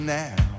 now